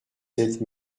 sept